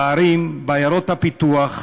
בערים, בעיירות פיתוח,